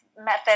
method